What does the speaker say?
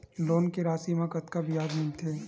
Loan के राशि मा कतका ब्याज मिलथे?